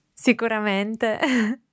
Sicuramente